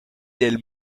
del